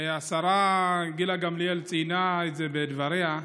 השרה גילה גמליאל ציינה את זה בדבריה,